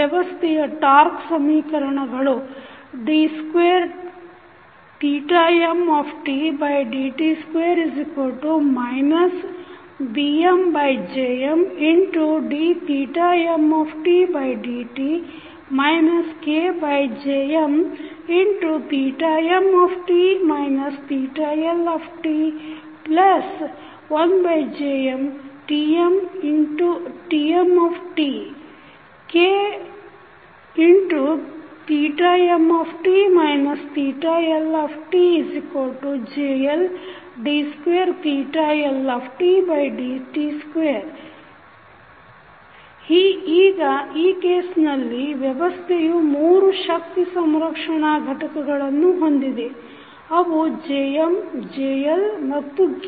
ವ್ಯವಸ್ಥೆಯ ಟಾಕ್೯ ಸಮೀಕರಣಗಳು d2mdt2 BmJmdmtdt KJmmt Lt1JmTmt Kmt LJLd2Ldt2 ಈಗ ಈ ಕೇಸ್ನಲ್ಲಿ ವ್ಯವಸ್ಥೆಯು ಮೂರು ಶಕ್ತಿ ಸಂರಕ್ಷಣಾ ಘಟಕಗಳನ್ನು ಹೊಂದಿದೆ ಅವು Jm JL ಮತ್ತು K